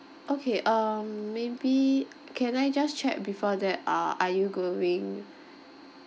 okay err maybe can I just check before that uh are you going